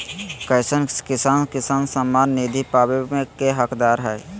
कईसन किसान किसान सम्मान निधि पावे के हकदार हय?